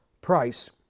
price